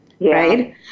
right